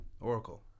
Oracle